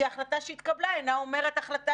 כי ההחלטה שהתקבלה אינה אומרת החלטה